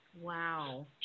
Wow